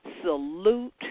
salute